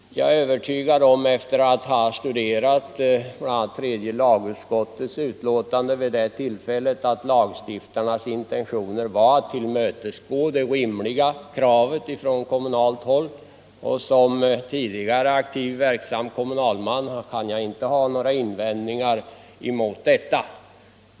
Efter att ha studerat bl.a. tredje lagutskottets utlåtande vid det tillfället är jag övertygad om att lagstiftarnas intentioner var att tillmötesgå det rimliga kravet från kommunalt håll. Såsom tidigare aktivt verksam kommunalman kan jag inte ha några invändningar mot detta.